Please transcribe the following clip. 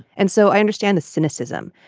and so i understand the cynicism.